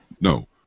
No